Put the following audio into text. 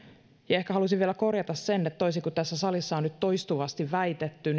ehkä haluaisin vielä korjata sen että toisin kuin tässä salissa on nyt toistuvasti väitetty